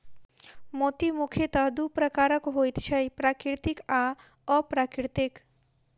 मोती मुखयतः दू प्रकारक होइत छै, प्राकृतिक आ अप्राकृतिक